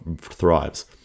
thrives